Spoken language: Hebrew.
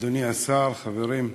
אדוני השר, חברים,